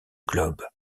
globe